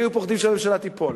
כי היו פוחדים שהממשלה תיפול.